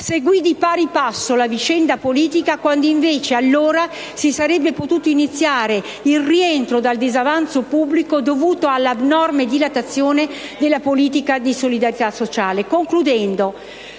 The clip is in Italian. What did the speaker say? seguì di pari passo la vicenda politica, quando invece allora si sarebbe potuto iniziare il rientro dal disavanzo pubblico, dovuto alla abnorme dilatazione della politica di solidarietà nazionale.